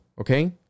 okay